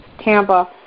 Tampa